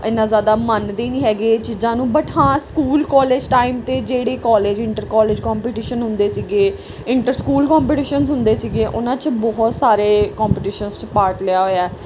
ਇੰਨਾ ਜ਼ਿਆਦਾ ਮੰਨਦੇ ਨਹੀਂ ਹੈਗੇ ਇਹ ਚੀਜ਼ਾਂ ਨੂੰ ਬਟ ਹਾਂ ਸਕੂਲ ਕੋਲਜ ਟਾਈਮ 'ਤੇ ਜਿਹੜੀ ਕਾਲਜ ਇੰਟਰ ਕਾਲਜ ਕੋਂਪੀਟੀਸ਼ਨ ਹੁੰਦੇ ਸੀਗੇ ਇੰਟਰ ਸਕੂਲ ਕੋਂਪੀਟੀਸ਼ਨ ਹੁੰਦੇ ਸੀਗੇ ਉਹਨਾਂ 'ਚ ਬਹੁਤ ਸਾਰੇ ਕੋਂਪੀਟੀਸ਼ਨਸ 'ਚ ਪਾਰਟ ਲਿਆ ਹੋਇਆ